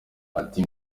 ati